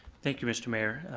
thank you mister mayor.